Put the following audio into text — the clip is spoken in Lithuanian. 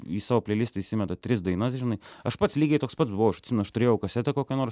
į savo pleilistą įsimeta tris dainas žinai aš pats lygiai toks pats buvau aš atsimenu aš turėjau kasetę kokią nors